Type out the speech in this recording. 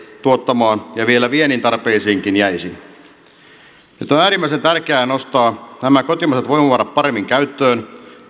tuottamaan ja vielä viennin tarpeisiinkin jäisi nyt on äärimmäisen tärkeää nostaa nämä kotimaiset voimavarat paremmin käyttöön